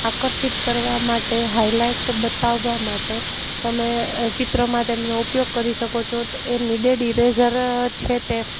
આકર્ષિત કરવા માટે હાઇલાઇટ બતાવવા માટે તમે ચિત્રમાં તેમનો ઉપયોગ કરી શકો છો એ નીડેડ ઇરેઝર છે તે